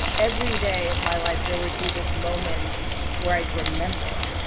every day of my life there would be this moment where i would remember,